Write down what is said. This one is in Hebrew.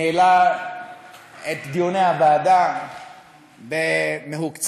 ניהלה את דיוני הוועדה במהוקצעות.